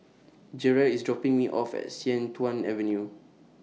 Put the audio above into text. Jerrel IS dropping Me off At Sian Tuan Avenue